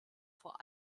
vor